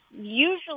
usually